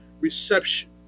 reception